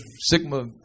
Sigma